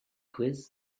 quiz